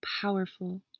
powerful